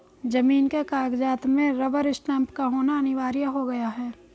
जमीन के कागजात में रबर स्टैंप का होना अनिवार्य हो गया है